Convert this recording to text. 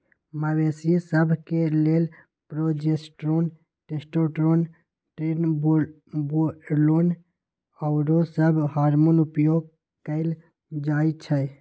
मवेशिय सभ के लेल प्रोजेस्टेरोन, टेस्टोस्टेरोन, ट्रेनबोलोन आउरो सभ हार्मोन उपयोग कयल जाइ छइ